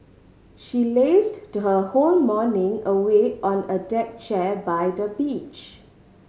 she lazed to her whole morning away on a deck chair by the beach